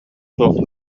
суох